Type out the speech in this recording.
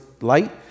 light